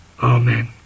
Amen